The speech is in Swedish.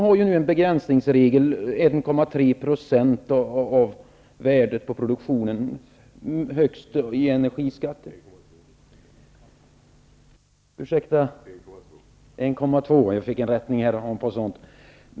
Här finns en begränsningsregel om en energiskatt på högst 1,2 % av värdet på produktionen.